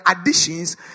additions